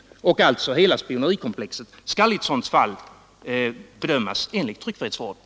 Hela spionerikomplexet skall alltså i ett sådant fall bedömas enligt tryckfrihetsförordningen.